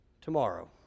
tomorrow